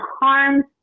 harms